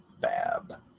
Fab